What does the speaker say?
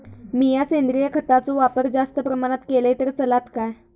मीया सेंद्रिय खताचो वापर जास्त प्रमाणात केलय तर चलात काय?